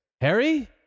Harry